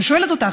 ושואלת אותך,